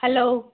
hello